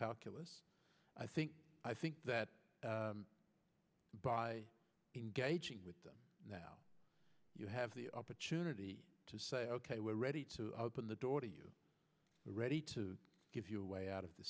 calculus i think i think that by engaging with them now you have the opportunity to say ok we're ready to open the door to you ready to give you a way out of the